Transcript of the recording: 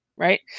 Right